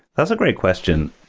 that's a great question,